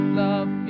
love